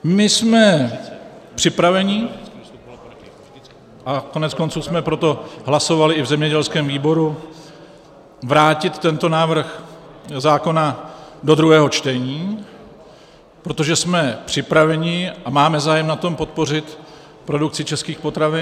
My jsme připraveni, a koneckonců jsme pro to hlasovali i v zemědělském výboru, vrátit tento návrh zákona do druhé čtení, protože jsme připraveni a máme zájem na tom podpořit produkci českých potravin.